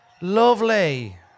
Lovely